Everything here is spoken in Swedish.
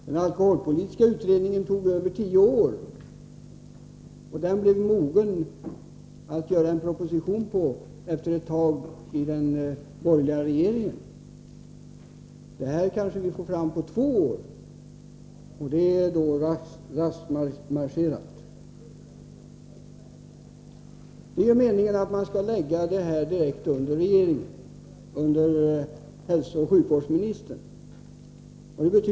Den alkoholpolitiska utredningen tog över 10 år, och den blev mogen som underlag för en proposition efter ett tag i den borgerliga regeringen. Det här kanske vi får fram på två år, och det är raskt marscherat. Det är meningen att man skall lägga den här frågan direkt under regeringen, under hälsooch sjukvårdsministern.